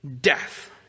death